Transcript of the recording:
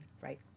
Right